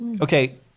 Okay